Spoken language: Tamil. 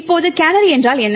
இப்போது கேனரி என்றால் என்ன